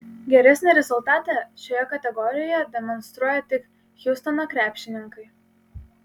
geresnį rezultatą šioje kategorijoje demonstruoja tik hjustono krepšininkai